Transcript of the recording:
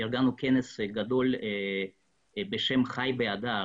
ארגנו כנס גדול בשם חי בהדר.